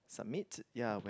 summit ya when